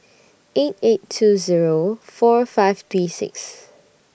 eight eight two Zero four five three six